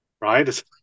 Right